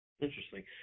Interesting